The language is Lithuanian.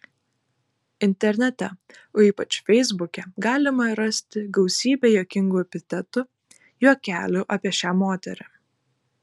internete o ypač feisbuke galima rasti gausybę juokingų epitetų juokelių apie šią moterį